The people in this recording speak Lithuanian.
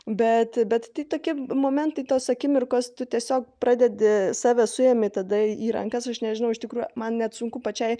bet bet tai tokie momentai tos akimirkos tu tiesiog pradedi save suimi tada į rankas aš nežinau iš tikrųjų man net sunku pačiai